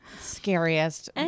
Scariest